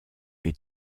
est